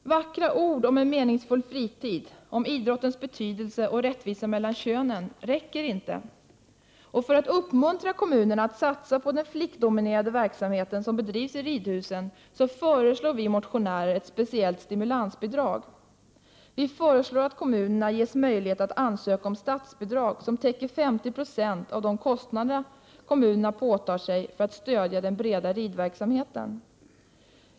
Vackra ord om en meningsfull fritid, om idrottens betydelse och om rättvisa mellan könen räcker inte. För att uppmuntra kommunerna att satsa på den flickdominerade verksamhet som bedrivs i ridhusen föreslår vi motionärer ett speciellt stimulansbidrag. Vi föreslår att kommunerna ges möjlighet att ansöka om statsbidrag som täcker 50 20 av de kostnader kommunerna påtar sig för att stödja den breda ridverksamheten.